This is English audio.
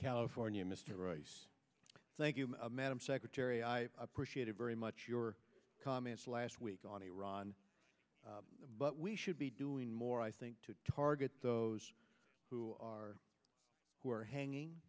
california mr right thank you madam secretary i appreciate it very much your comments last week on iran but we should be doing more i think to target those who are who are hanging